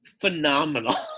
phenomenal